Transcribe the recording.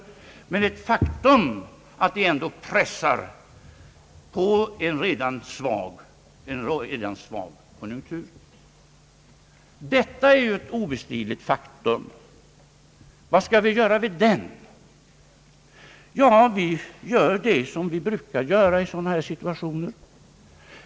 Men det är ett faktum att de ändå pressar på en redan svag konjunktur. Detta är ju ett obestridligt faktum, och vad skall vi göra åt det? Ja, vi gör vad vi brukar göra i sådana situationer.